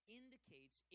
indicates